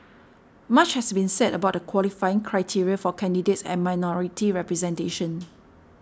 much has been said about the qualifying criteria for candidates and minority representation